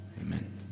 Amen